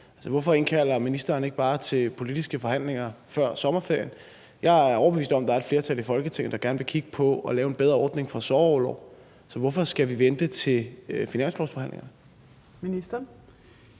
Hvorfor indkalder ministeren ikke bare til politiske forhandlinger før sommerferien? Jeg er overbevist om, at der er et flertal i Folketinget, der gerne vil kigge på at lave en bedre ordning for sorgorlov, så hvorfor skal vi vente til finanslovsforhandlingerne?